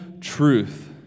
truth